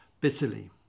bitterly